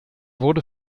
wurde